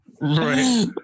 right